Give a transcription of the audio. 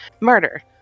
murder